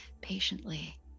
patiently